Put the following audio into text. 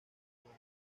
madre